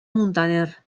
muntaner